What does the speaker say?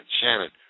Shannon